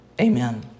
Amen